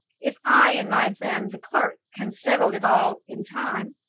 if i and my friend the clerk can settle it all in time.